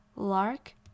Lark